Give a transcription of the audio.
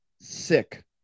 sick